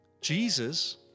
Jesus